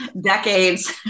decades